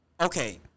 okay